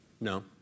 No